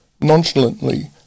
nonchalantly